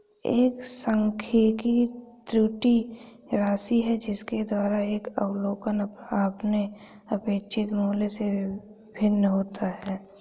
एक सांख्यिकी त्रुटि राशि है जिसके द्वारा एक अवलोकन अपने अपेक्षित मूल्य से भिन्न होता है